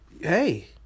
Hey